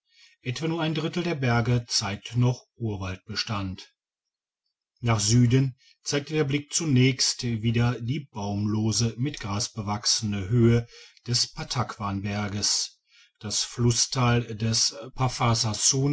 etwa nur ein drittel der berge zeigt noch urwaldbestand nach süden zeigte der blick zunächst wieder die baumlose mit gras bewachsene höhe des pattakwan berges das flusstal des